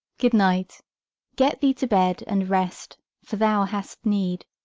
good night get thee to bed, and rest for thou hast need.